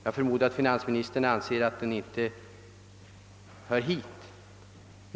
Jag förmodar att finansministern anser att den inte hör hit.